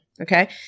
okay